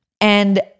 And-